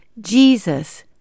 Jesus